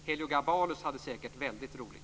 Heliogabalus hade säkert väldigt roligt.